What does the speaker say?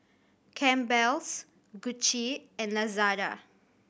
Campbell's Gucci and Lazada